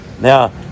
Now